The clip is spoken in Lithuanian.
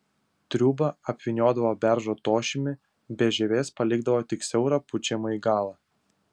triūbą apvyniodavo beržo tošimi be žievės palikdavo tik siaurą pučiamąjį galą